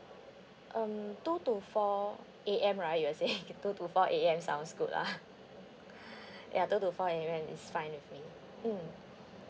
um two to four A_M right you were saying two to four A_M sounds good ah ya two to four A_M is fine with me mm